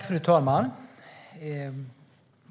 Fru talman!